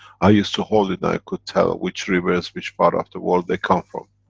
i used to hold it, and i could tell which rivers, which part of the world they come from.